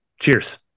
Cheers